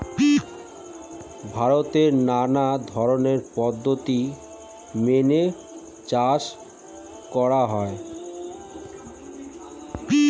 ভারতে নানা ধরনের পদ্ধতি মেনে চাষ করা হয়